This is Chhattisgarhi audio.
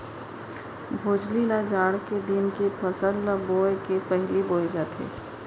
भोजली ल जाड़ के दिन के फसल ल बोए के पहिली बोए जाथे